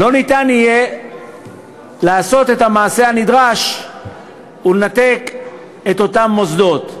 לא יהיה אפשר לעשות את המעשה הנדרש ולנתק את אותם מוסדות.